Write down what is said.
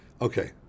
okay